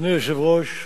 אדוני היושב-ראש,